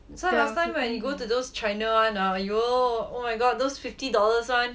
so last time when you go to those china [one] ah !aiyo! oh my god those fifty dollars [one]